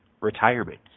retirement